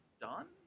done